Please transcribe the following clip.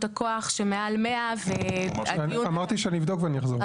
הכוח שמעל 100. אמרתי שאני אבדוק ואני אחזור.